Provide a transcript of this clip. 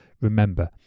remember